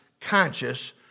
conscious